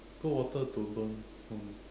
cold water to burn won't